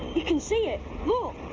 you can see it,